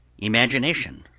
imagination,